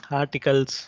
articles